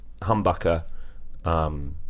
humbucker